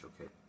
okay